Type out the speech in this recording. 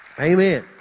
amen